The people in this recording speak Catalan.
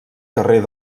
carrer